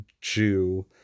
Jew